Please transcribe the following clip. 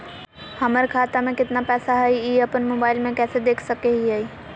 हमर खाता में केतना पैसा हई, ई अपन मोबाईल में कैसे देख सके हियई?